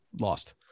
lost